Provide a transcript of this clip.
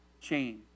chain